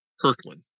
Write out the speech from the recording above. Kirkland